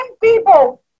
people